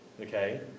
Okay